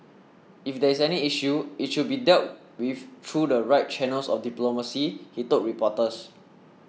if there is any issue it should be dealt with through the right channels of diplomacy he told reporters